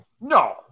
No